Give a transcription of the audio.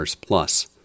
plus